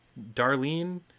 darlene